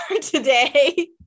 today